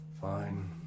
Fine